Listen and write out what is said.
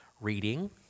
reading